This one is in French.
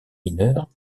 mineure